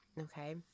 Okay